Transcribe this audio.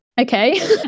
okay